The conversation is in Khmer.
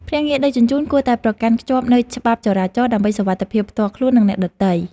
ភ្នាក់ងារដឹកជញ្ជូនគួរតែប្រកាន់ខ្ជាប់នូវច្បាប់ចរាចរណ៍ ដើម្បីសុវត្ថិភាពផ្ទាល់ខ្លួននិងអ្នកដទៃ។